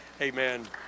Amen